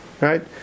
right